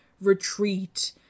retreat